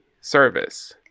service